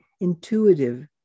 intuitive